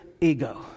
ego